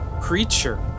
creature